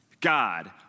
God